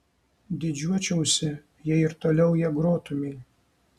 didžiuočiausi jei ir toliau ja grotumei